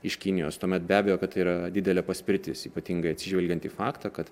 iš kinijos tuomet be abejo kad tai yra didelė paspirtis ypatingai atsižvelgiant į faktą kad